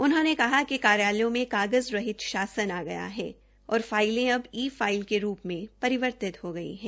उन्होंने कहा कि कार्यालयों मे कागज़ रहित शासन आ गया है और फाइलें अब ई फाईल के रूप में परिवर्तित हो गई है